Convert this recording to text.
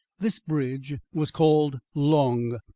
this bridge was called long,